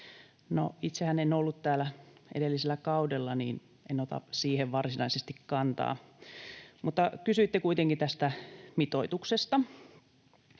itsehän en ollut täällä edellisellä kaudella, niin en ota siihen varsinaisesti kantaa. Mutta kun kysyitte kuitenkin tästä mitoituksesta,